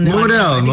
model